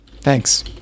Thanks